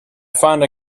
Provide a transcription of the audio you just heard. found